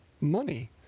money